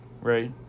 right